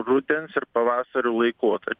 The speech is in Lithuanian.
rudens ir pavasariu laikotar